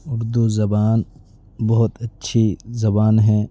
اردو زبان بہت اچھی زبان ہیں